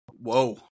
Whoa